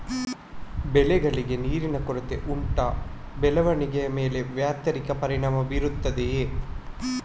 ಬೆಳೆಗಳಿಗೆ ನೀರಿನ ಕೊರತೆ ಉಂಟಾ ಬೆಳವಣಿಗೆಯ ಮೇಲೆ ವ್ಯತಿರಿಕ್ತ ಪರಿಣಾಮಬೀರುತ್ತದೆಯೇ?